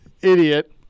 idiot